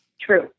True